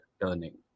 turning